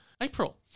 April